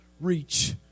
reach